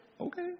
Okay